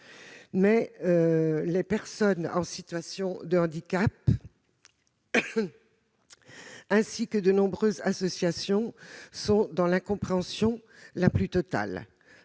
Les personnes en situation de handicap, ainsi que de nombreuses associations, sont dans l'incompréhension la plus totale.